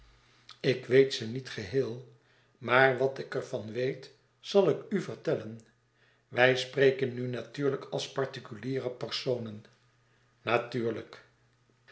ik weet ze niet geheel maar wat ik er van weet zal ik uvertellen wij spreken nu natuurlijk als particuliere personen natuurlijk